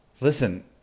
listen